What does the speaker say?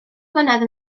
blynedd